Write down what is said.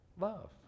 love